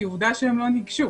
כי עובדה שהם לא ניגשו.